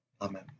Amen